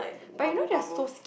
but you know they're so